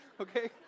Okay